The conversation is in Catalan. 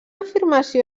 afirmació